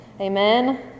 Amen